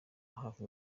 hafi